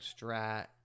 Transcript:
Strat